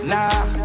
Nah